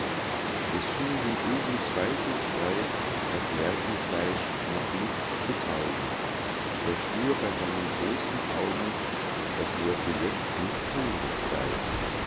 es schien dem uhu zweifelsfrei das lerchenfleisch noch nichts zu taugen er schwur bei seinen großen augen daß er für jetzt nicht hungrig sey